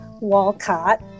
walcott